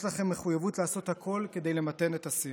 יש לכם מחויבות לעשות הכול כדי למתן את השיח.